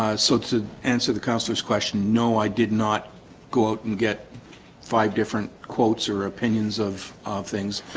so to answer the councillors question no, i did not go out and get five different quotes or opinions of of things.